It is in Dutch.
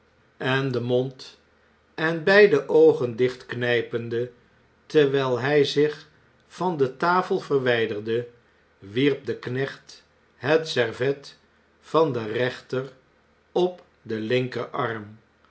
en den mond en beide oogen dichtknjjpende terwnl hn zich van de tafel verwnderde wierp de knecht het servet van den rechter op den linkerarm